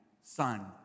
son